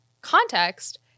context